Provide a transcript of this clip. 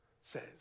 says